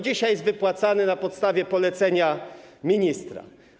Dzisiaj jest on wypłacany na podstawie polecenia ministra.